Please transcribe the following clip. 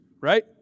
right